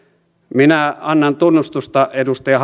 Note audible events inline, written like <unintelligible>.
minä annan tunnustusta edustaja <unintelligible>